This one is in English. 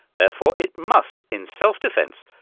therefore, it must, in self-defense,